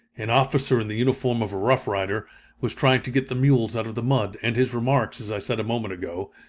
an officer in the uniform of a rough rider was trying to get the mules out of the mud, and his remarks, as i said a moment ago,